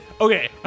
okay